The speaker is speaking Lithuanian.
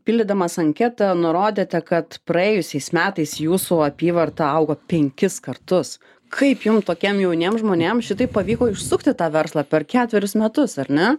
pildydamas anketą nurodėte kad praėjusiais metais jūsų apyvarta augo penkis kartus kaip jum tokiem jauniem žmonėm šitaip pavyko išsukti tą verslą per ketverius metus ar ne